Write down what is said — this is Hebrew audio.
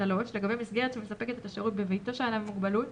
לגבי מסגרת שמספקת את השירות בביתו של אדם עם מוגבלות,